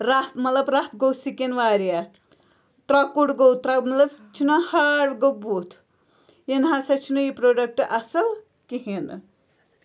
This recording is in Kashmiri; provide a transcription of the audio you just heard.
رف مطلب رف گوٚو سِکِن واریاہ ترٛۄکُر گوٚو مطلب چھُنہ ہاڈ گوٚو بُتھ یہِ نسا چھُنہٕ یہِ پروڈَکٹ اصٕل کِہیٖنۍ نہٕ